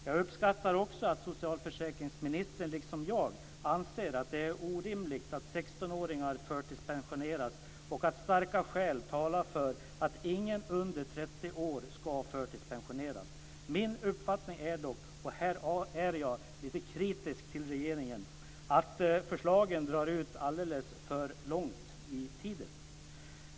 Jag uppskattar att socialförsäkringsministern liksom jag anser att det är orimligt att 16-åringar förtidspensioneras och att starka skäl talar för att ingen under 30 år ska förtidspensioneras. Min uppfattning är dock, och här är jag lite kritisk mot regeringen, att förslagen drar ut alldeles för långt på tiden.